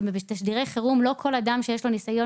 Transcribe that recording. ובתשדירי חירום לא כל אדם שיש לו ניסיון